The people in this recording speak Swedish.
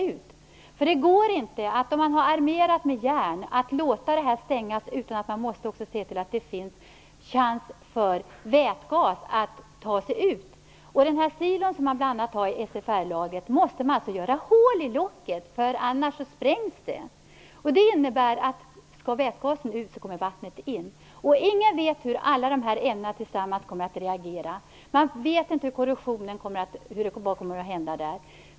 Om förvaret är armerat med järn går det inte att låta det stängas utan att se till att det finns en möjlighet för vätgas att komma ut. Man måste göra hål i locket på den silo som finns i SFR-lagret, annars sprängs den. Det innebär att om vätgas kommer ut, kommer vatten in. Ingen vet hur alla ämnen tillsammans kommer att reagera. Man vet inte hur det går med korrosionen.